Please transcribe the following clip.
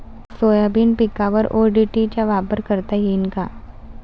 Soybean पिकावर ODT चा वापर करता येईन का?